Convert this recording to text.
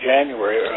January